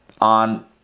on